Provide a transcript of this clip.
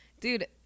Dude